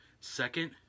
Second